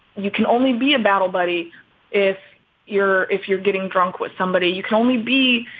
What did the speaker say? you can only be a battle buddy if you're if you're getting drunk with somebody. you can only be,